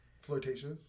flirtatious